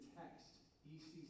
text